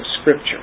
Scripture